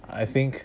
I think